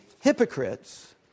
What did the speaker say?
hypocrites